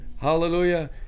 Hallelujah